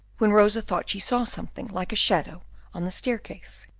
when rosa thought she saw something like a shadow on the staircase.